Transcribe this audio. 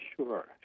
Sure